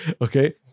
Okay